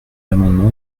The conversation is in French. l’amendement